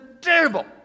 terrible